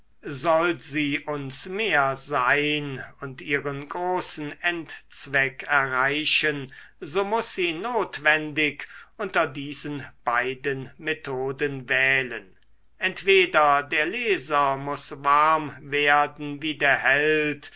soll sie uns mehr sein und ihren großen endzweck erreichen so muß sie notwendig unter diesen beiden methoden wählen entweder der leser muß warm werden wie der held